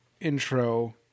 intro